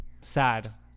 Sad